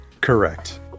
Correct